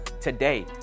today